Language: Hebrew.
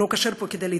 והוא לא כשר פה להתחתן.